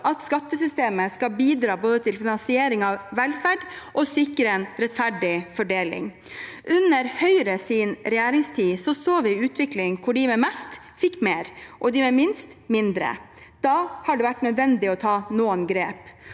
at skattesystemet skal både bidra til finansiering av velferd og sikre en rettferdig fordeling. Under Høyres regjeringstid så vi en utvikling hvor de med mest fikk mer, og de med minst mindre. Da har det vært nødvendig å ta noen grep.